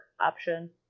option